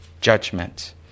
judgment